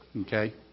Okay